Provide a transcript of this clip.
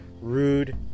rude